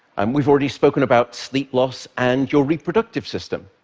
um we've already spoken about sleep loss and your reproductive system.